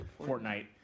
Fortnite